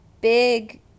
big